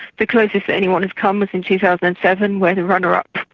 the closest anyone has come was in two thousand and seven where the runner-up,